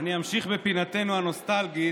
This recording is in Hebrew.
אני אמשיך בפינתנו הנוסטלגית,